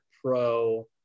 pro